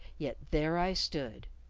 yet there i stood.